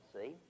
see